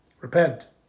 repent